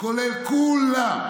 כולל כולם.